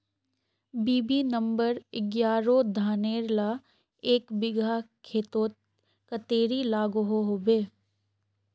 BB number एगारोह धानेर ला एक बिगहा खेतोत कतेरी लागोहो होबे?